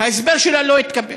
ההסבר שלה לא התקבל.